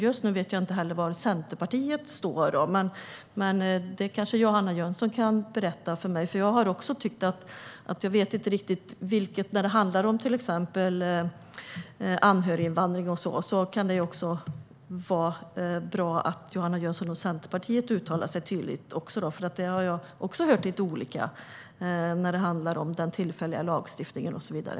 Just nu vet jag inte var Centerpartiet står. Men det kanske Johanna Jönsson kan berätta för mig. När det handlar om anhöriginvandring och sådant kan det vara bra om Johanna Jönsson och Centerpartiet uttalade sig tydligt. Där har jag hört lite olika om den tillfälliga lagstiftningen och så vidare.